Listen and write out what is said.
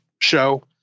show